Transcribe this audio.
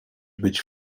być